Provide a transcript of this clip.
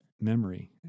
memory